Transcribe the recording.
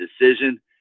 decision